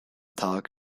tag